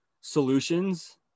solutions